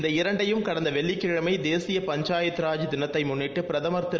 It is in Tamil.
இந்த இரண்டையும் கடந்த வெள்ளிக்கிழமை தேசிய பஞ்சாயத்து ராஜ் தினத்தை முன்னிட்டு பிரதமர் திரு